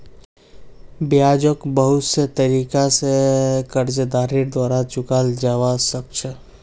ब्याजको बहुत से तरीका स कर्जदारेर द्वारा चुकाल जबा सक छ